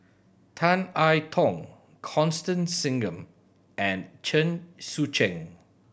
Tan I Tong Constance Singam and Chen Sucheng